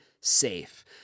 safe